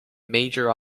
major